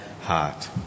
heart